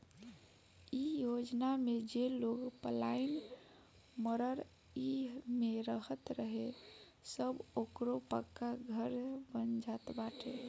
इ योजना में जे लोग पलानी मड़इ में रहत रहे अब ओकरो पक्का घर बन जात बाटे